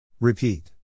Repeat